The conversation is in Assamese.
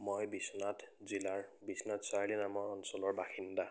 মই বিশ্বনাথ জিলাৰ বিশ্বনাথ চাৰিআলি নামৰ অঞ্চলৰ বাসিন্দা